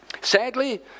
Sadly